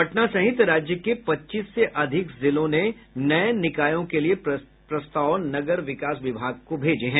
पटना सहित राज्य के पच्चीस से अधिक जिलों ने नये निकायों के लिए प्रस्ताव नगर विकास विभाग को भेजे हैं